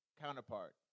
counterpart